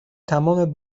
تمام